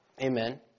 Amen